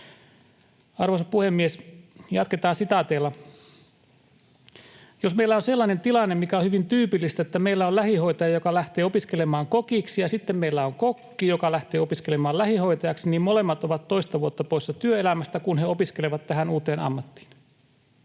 Arvoisa puhemies! Jatketaan sitaateilla: ”Jos meillä on sellainen tilanne, mikä on hyvin tyypillistä, että meillä on lähihoitaja, joka lähtee opiskelemaan kokiksi, ja sitten meillä on kokki, joka lähtee opiskelemaan lähihoitajaksi, niin molemmat ovat toista vuotta poissa työelämästä, kun he opiskelevat tähän uuteen ammattiin.